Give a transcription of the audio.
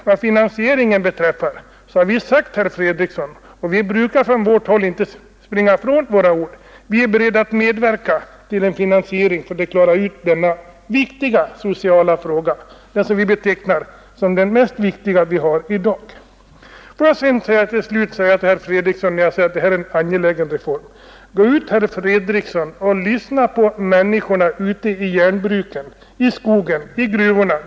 Vad finansieringen beträffar har vi sagt, herr Fredriksson — och vi brukar på vårt håll inte springa ifrån vårt ord — att vi är beredda att medverka till finansieringen av denna angelägna sociala reform, som vi betecknar som den viktigaste i dagens läge. Jag vill till slut, med anledning av vad jag här sagt om att detta är en angelägen reform, uppmana herr Fredriksson att gå ut till människorna på järnbruken, i skogen och i gruvorna.